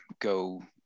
go